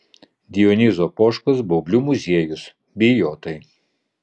dionizo poškos baublių muziejus bijotai